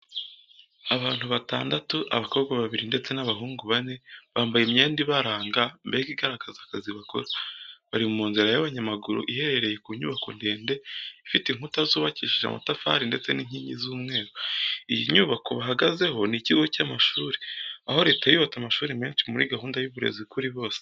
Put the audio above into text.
Abantu batandatu, abakobwa babiri ndetse n’abahungu bane bambaye imyenda ibaranga mbega igaragaza akazi bakora, bari mu nzira y’abanyamaguru iherereye ku nyubako ndende, ifite inkuta zubakishije amatafari ndetse n’inkingi z’umweru. Iyi nyubako bahagazeho ni ikigo cy’amashuri, aho Leta yubatse amashuri menshi muri gahunda y’uburezi kuri bose.